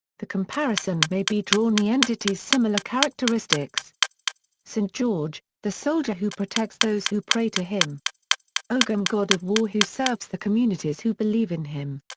the comparison may be drawn the entities similar characteristics st george, the soldier who protects those who pray to him ogum god of war who serves the communities who believe in him.